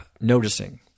noticing